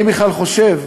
אני בכלל חושב,